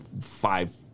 five